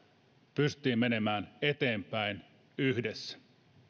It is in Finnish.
pystyttiin menemään eteenpäin yhdessä